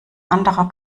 anderer